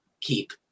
keep